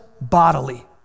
bodily